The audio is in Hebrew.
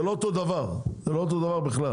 זה לא אותו דבר, זה לא אותו דבר בכלל.